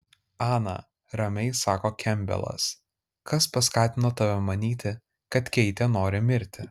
ana ramiai sako kempbelas kas paskatino tave manyti kad keitė nori mirti